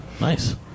nice